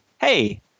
hey